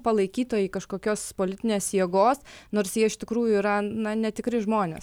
palaikytojai kažkokios politinės jėgos nors jie iš tikrųjų yra na netikri žmonės